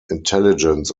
intelligence